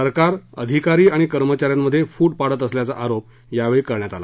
सरकार अधिकारी आणि कर्मचाऱ्यांमध्ये फूट पाडत असल्याचा आरोप यावेळी करण्यात आला